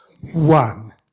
One